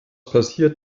passiert